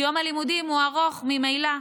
כי יום הלימודים הוא ארוך ממילא.